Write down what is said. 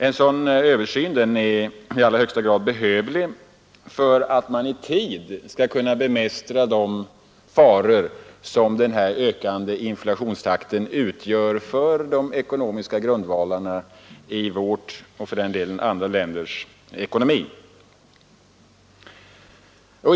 En sådan översyn är i allra högsta grad behövlig för att man i tid skall kunna bemästra de faror som den ökande inflationstakten utgör för de ekonomiska grundvalarna för vårt lands — och för den delen även andra länders — ekonomi.